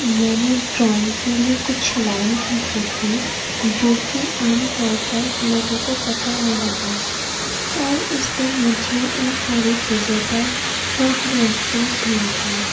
میں نے ڈرائینگ کے لیے کچھ لائن کھینچی تھی جو کہ عام طور پر لوگوں کو پتہ نہیں ہوتا اور اس دن مجھے ان ساری چیزوں پر فخر محسوس ہوا تھا